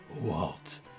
Walt